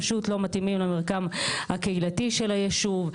פשוט לא מתאימים למרקם הקהילתי של הישוב.